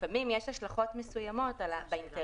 לפעמים יש השלכות מסוימות באינטראקציה